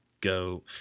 go